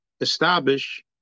establish